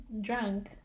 drunk